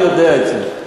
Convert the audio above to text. אני יודע את זה,